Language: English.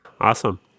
awesome